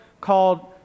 called